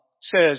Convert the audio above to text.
says